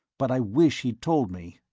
but i wish he'd told me.